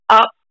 up